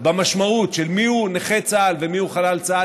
במשמעות של מיהו נכה צה"ל ומיהו חלל צה"ל,